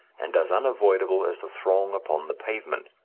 and as unavoidable as the throng upon the pavement.